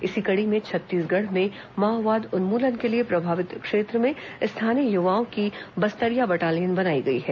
इसी कड़ी में छत्तीसगढ़ में माओवाद उन्मूलन के लिए प्रभावित क्षेत्र में स्थानीय युवाओं की बस्तरिया बटालियन बनाई गई है